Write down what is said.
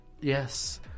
Yes